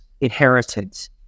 inheritance